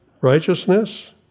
righteousness